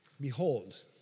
Behold